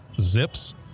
Zips